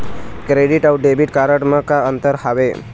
Credit अऊ debit card म का अंतर हावे?